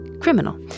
Criminal